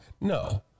No